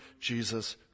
Jesus